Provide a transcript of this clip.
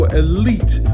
elite